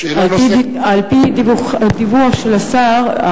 על-פי הדיווח של השר,